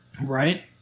Right